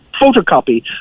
photocopy